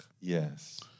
yes